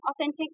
authentic